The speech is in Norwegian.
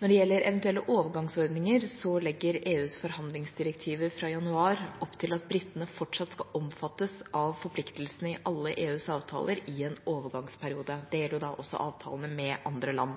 Når det gjelder eventuelle overgangsordninger, legger EUs forhandlingsdirektiver fra januar opp til at britene fortsatt skal omfattes av forpliktelsene i alle EUs avtaler i en overgangsperiode. Det gjelder også avtaler med andre land.